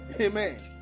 Amen